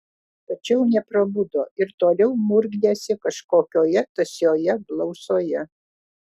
tačiau neprabudo ir toliau murkdėsi kažkokioje tąsioje blausoje